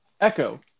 Echo